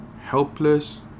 helpless